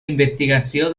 investigació